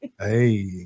hey